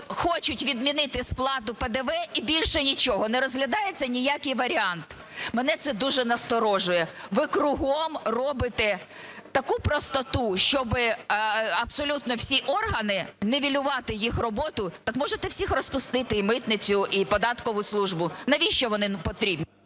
хочуть відмінити сплату ПДВ, і більше нічого, не розглядається ніякий варіант. Мене це дуже насторожує. Ви кругом робите таку простоту, щоб абсолютно всі органи, нівелювати їх роботу. Так можете всіх розпустити – і митницю, і податкову службу, навіщо вони потрібні?